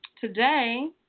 Today